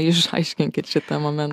išaiškinkit šitą momen